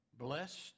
Blessed